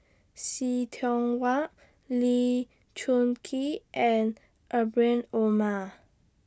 See Tiong Wah Lee Choon Kee and Rahim Omar